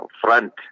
front